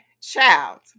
child